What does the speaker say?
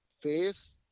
face